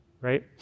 right